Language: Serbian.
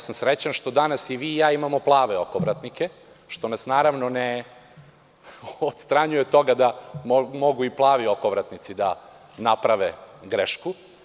Srećan sam što danas i vi i ja imamo plave okovratnike, što nas, naravno, ne odstranjuje od toga da mogu i plavi okovratnici da naprave grešku.